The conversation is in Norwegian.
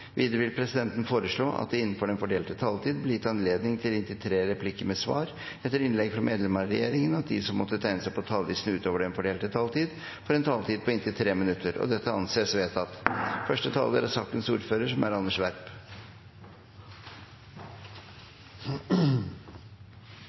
Videre vil presidenten foreslå at det – innenfor den fordelte taletid – blir gitt anledning til inntil tre replikker med svar etter innlegg fra medlemmer av regjeringen, og at de som måtte tegne seg på talerlisten utover den fordelte taletiden, får en taletid på inntil 3 minutter. – Dette anses vedtatt.